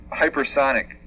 hypersonic